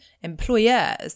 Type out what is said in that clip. employers